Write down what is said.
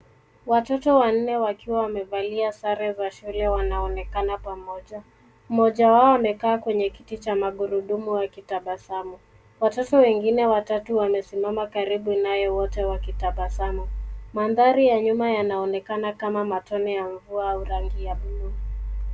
Watoto wanne wakiwa wamevalia sare za shule, wanaonekana pamoja. Mmoja wao amekaa kwenye kiti cha magurudumu wakitabasamu. Watoto wengine watatu wamesimama karibu naye wote wakitabasamu. Mandhari ya nyuma yanaonekana kama matone ya mvua au rangi ya buluu.